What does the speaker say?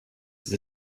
the